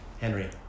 Henry